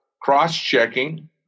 cross-checking